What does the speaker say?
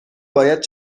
باید